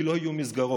כי לא יהיו מסגרות.